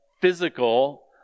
physical